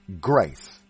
Grace